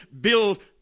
build